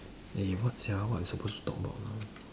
eh what sia what we supposed to talk about now